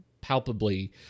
palpably